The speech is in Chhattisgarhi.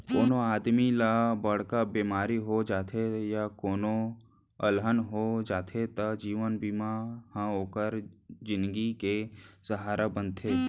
कोनों आदमी ल बड़का बेमारी हो जाथे या कोनों अलहन हो जाथे त जीवन बीमा ह ओकर जिनगी के सहारा बनथे